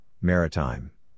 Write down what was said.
Maritime